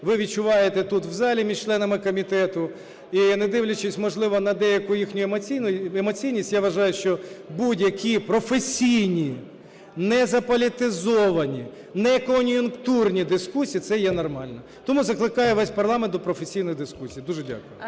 ви відчуваєте тут, в залі, між членами комітету. І не дивлячись, можливо, на деяку їхню емоційність, я вважаю, що будь-які професійні, незаполітизовані, некон'юнктурні дискусії – це є нормально. Тому закликаю весь парламент до професійної дискусії. Дуже дякую.